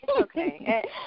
okay